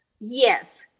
Yes